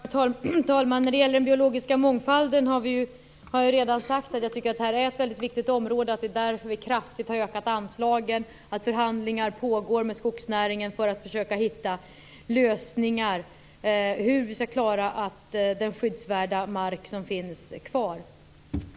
Herr talman! När det gäller den biologiska mångfalden har jag redan sagt att jag tycker att det är ett väldigt viktigt område och att vi därför kraftigt har ökat anslagen och att förhandlingar pågår med skogsnäringen för att försöka hitta lösningar på hur vi skall klara att bevara den skyddsvärda mark som finns.